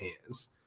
hands